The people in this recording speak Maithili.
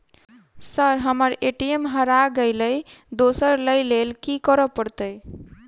सर हम्मर ए.टी.एम हरा गइलए दोसर लईलैल की करऽ परतै?